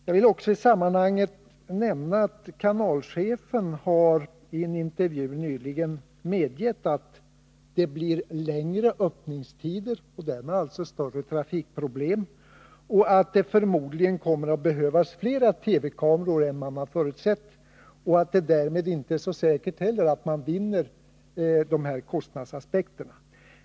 Jag vill också i sammanhanget nämna att kanalchefen i en intervju nyligen har medgett att det blir längre öppningstider — och därmed alltså större trafikproblem — och att det förmodligen kommer att behövas fler TV kameror än man förutsett. Därmed är det inte heller så säkert att det kostnadsmässigt blir någon vinst.